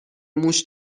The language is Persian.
موش